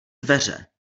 dveře